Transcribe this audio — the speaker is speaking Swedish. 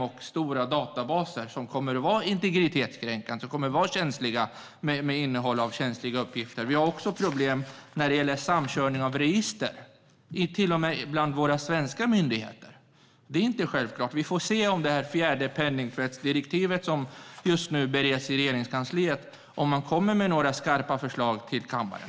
Det aviseras redan i skrivelsen när det gäller banksystem och stora databaser. Vi har också problem när det gäller samkörning av register, till och med bland våra svenska myndigheter. Det är inte självklart. Vi får se om man kommer med några skarpa förslag till kammaren i det fjärde penningtvättsdirektivet, som just nu bereds i Regeringskansliet.